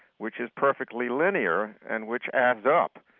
which is perfectly linear and which adds up.